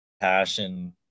passion